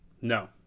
No